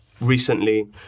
recently